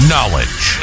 Knowledge